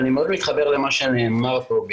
אני מאוד מתחבר למה שנאמר פה,